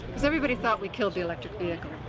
cause everybody thought we killed the electric vehicle.